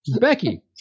Becky